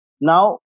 Now